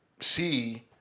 see